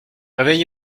réveillé